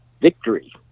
Victory